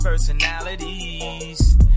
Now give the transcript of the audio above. personalities